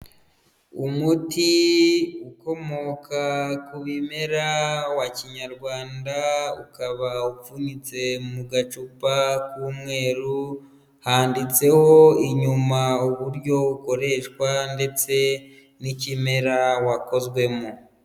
Umuti ukomoka ku bimera wa kinyarwanda ukaba upfunyitse mu gacupa k'umweru, handitseho inyuma uburyo ukoreshwa ndetse n'ikimera wakozwemo.